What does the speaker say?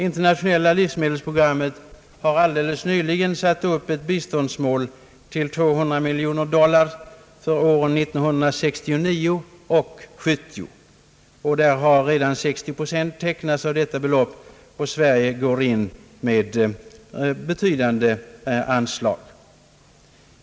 Internationella livsmedelsprogrammet har nyligen satt upp ett biståndsmål på 200 miljoner dollar för åren 1969— 70. Redan har 60 procent av det belop pet tecknats, och Sverige går in med betydande anslag.